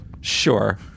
Sure